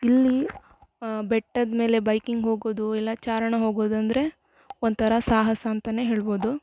ಇಲ್ಲಿ ಬೆಟ್ಟದ ಮೇಲೆ ಬೈಕಿಂಗ್ ಹೋಗೋದು ಇಲ್ಲಾ ಚಾರಣ ಹೋಗೋದು ಅಂದರೆ ಒಂಥರ ಸಾಹಸ ಅಂತನೇ ಹೇಳ್ಬೋದು